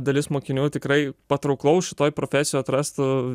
dalis mokinių tikrai patrauklaus šitoj profesijoj atrastų